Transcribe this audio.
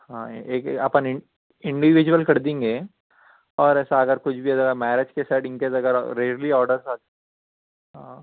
ہاں ایک اپن انڈیویجول کر دیں گے اور ایسا اگر کچھ بھی اگر میرج کے سیٹ ان کیس اگر ریئرلی آرڈر ہاں